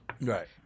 right